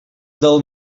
del